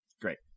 Great